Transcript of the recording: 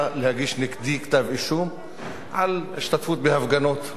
להגיש נגדי כתב אישום על השתתפות בהפגנות,